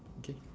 okay